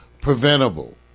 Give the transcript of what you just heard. preventable